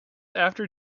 after